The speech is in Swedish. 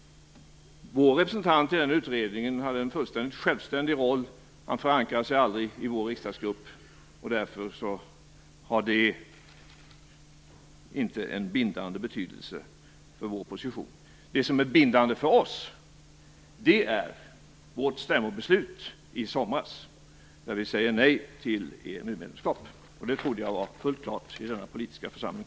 Vår representant i den utredningen hade en fullständigt självständig roll. Han förankrade sig aldrig i vår riksdagsgrupp. Därför har det inte en bindande betydelse för vår position. Bindande för oss är vårt stämmobeslut från i somras, enligt vilket vi säger nej till ett EMU medlemskap. Det trodde jag var fullt klart i denna politiska församling.